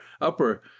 upper